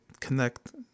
connect